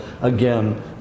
Again